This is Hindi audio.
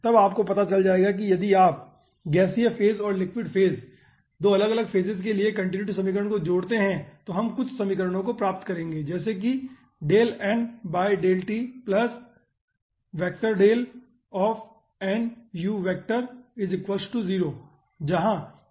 तब आपको पता चल जाएगा कि यदि आप गैसीय फेज और लिक्विड फेज 2 अलग अलग फेजेज के लिए कन्टीन्युटी समीकरणों को जोड़ते हैं तो हम कुछ समीकरणों को प्राप्त करेंगे जैसे कि जहां n है